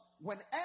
whenever